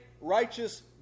righteous